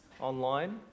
online